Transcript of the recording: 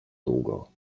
długo